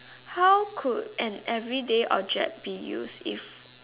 how could an everyday be use if